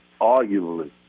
arguably